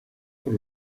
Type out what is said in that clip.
por